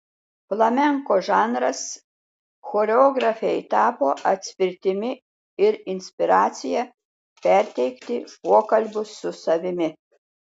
flamenko žanras choreografei tapo atspirtimi ir inspiracija perteikti pokalbius su savimi